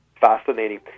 fascinating